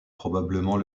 probablement